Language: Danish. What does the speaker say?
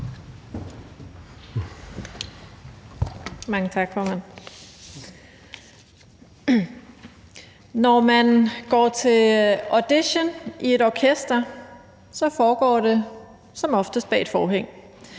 Mange tak, formand. Når man går til audition i et orkester, foregår det som oftest bag et forhæng.